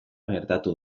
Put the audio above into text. gertatu